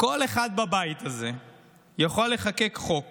שכל אחד בבית הזה יכול לחוקק חוק